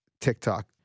TikTok